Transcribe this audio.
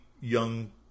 young